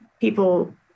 people